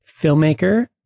filmmaker